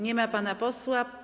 Nie ma pana posła.